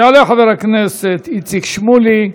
יעלה חבר הכנסת איציק שמולי,